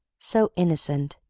so innocent,